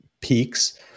peaks